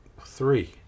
Three